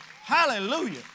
Hallelujah